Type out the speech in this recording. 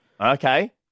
Okay